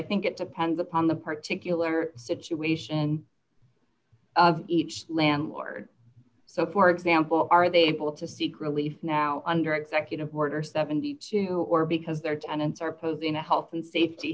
think it depends upon the particularly situation of each landlord so for example are they able to seek relief now under executive order seventy two dollars or because their tenants are posing a health and safety